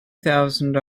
thousand